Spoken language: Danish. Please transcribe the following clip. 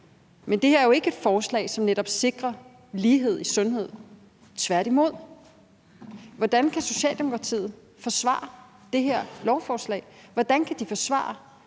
Men det her er jo ikke et forslag, som netop sikrer lighed i sundhed, tværtimod. Hvordan kan Socialdemokratiet forsvare det her lovforslag? Hvordan kan de forsvare,